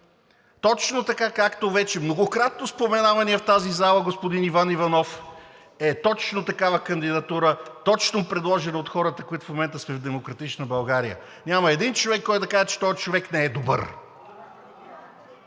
Точно така, както вече многократно споменаваният в тази зала господин Иван Иванов, е точно такава кандидатура, предложена точно от хората, които в момента сме в „Демократична България“. Няма един човек, който да каже, че този човек не е добър.